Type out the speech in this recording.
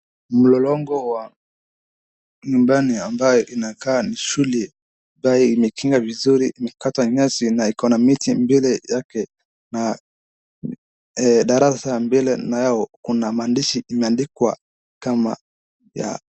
Mlolongo wa nyumbani ambayo inakaa ni shule ambaye imekinga vizuri. Imekata nyasi na iko na miti mbele yake. Darasa mbele kuna maandishi kama ya.